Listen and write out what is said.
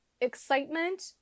excitement